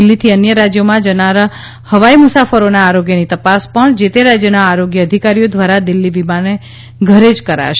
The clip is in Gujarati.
દિલ્હીથી અન્ય રાજ્યોમાં જનારા હવાઈ મુસાફરોના આરોગ્યની તપાસ પણ જે તે રાજ્યના આરોગ્ય અધિકારીઓ દ્વારા દિલ્ફી વિમાન ઘરે જ કરાશે